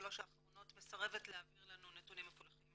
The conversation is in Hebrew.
בשנתיים-שלוש האחרונות מסרבת להעביר לנו נתונים מפולחים